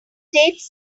dataset